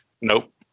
Nope